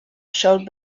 showed